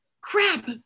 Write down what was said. crap